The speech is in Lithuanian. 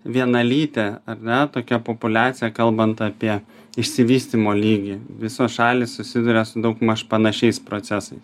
vienalytė ar ne tokia populiacija kalbant apie išsivystymo lygį visos šalys susiduria su daugmaž panašiais procesais